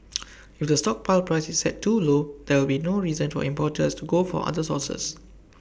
if the stockpile price is set too low there will be no reason for importers to go for other sources